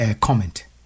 comment